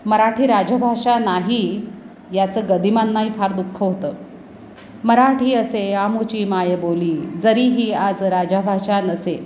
मराठी राजभाषा नाही याचं गदिमांनाही फार दुःख होतं मराठी असे आमुची मायबोली जरी ही आज राजभाषा नसे